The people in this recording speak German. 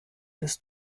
des